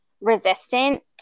resistant